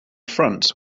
front